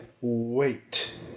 wait